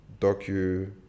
docu